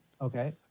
Okay